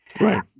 right